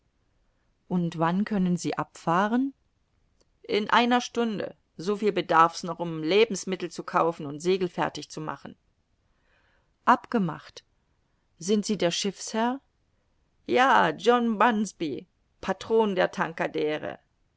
und wann können sie abfahren in einer stunde soviel bedarf's noch um lebensmittel zu kaufen und segelfertig zu machen abgemacht sind sie der schiffsherr ja john bunsby patron der